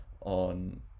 on